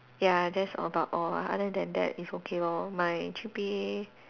ya that's about all ah other than that is okay lor my G_P_A